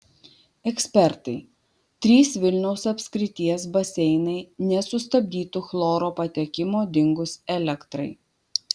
ekspertai trys vilniaus apskrities baseinai nesustabdytų chloro patekimo dingus elektrai